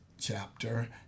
chapter